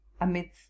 amidst